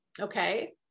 Okay